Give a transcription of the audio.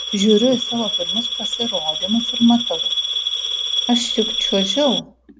žiūriu į savo pirmus pasirodymus ir matau aš juk čiuožiau